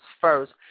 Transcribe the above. first